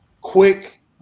quick